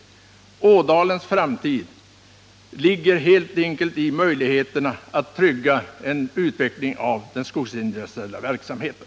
Ådalens framtid beror helt på möjligheterna att trygga en utveckling av den skogsindustriella verksamheten.